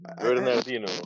Bernardino